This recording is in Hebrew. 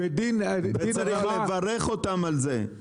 וצריך לברך אותם על זה.